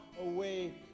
away